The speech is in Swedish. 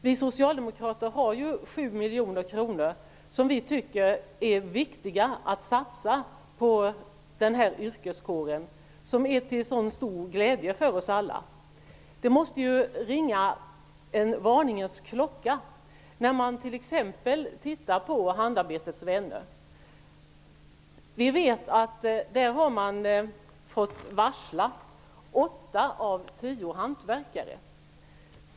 Vi socialdemokrater tycker att det är viktigt att satsa dessa 7 miljoner kronor på denna yrkeskår som är till så stor glädje för oss alla. Det måste ringa en varningens klocka när vi ser vilken situation Handarbetets vänner befinner sig i. Vi vet att man har fått varsla åtta av tio hantverkare.